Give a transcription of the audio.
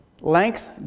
length